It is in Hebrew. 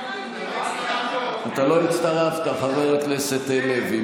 אתה לא הצטרפת, חבר הכנסת לוי.